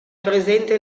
presente